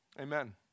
Amen